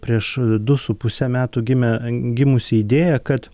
prieš du su puse metų gimė gimusi idėja kad